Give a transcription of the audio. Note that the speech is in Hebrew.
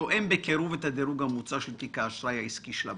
תואם בקירוב את דירוג הממוצע של תיק האשראי העסקי של הבנק".